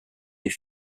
des